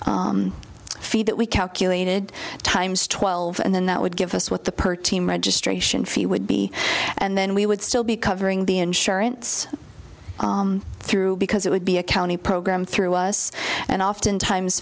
that we calculated times twelve and then that would give us what the per team registration fee would be and then we would still be covering the insurance through because it would be a county program through us and oftentimes